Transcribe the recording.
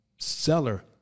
seller